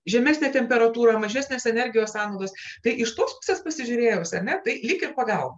žemesnė temperatūra mažesnes energijos sąnaudos tai iš tos pusės pasižiūrėjus ar ne tai lyg ir pagalba